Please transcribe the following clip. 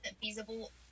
feasible